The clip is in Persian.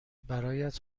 برایت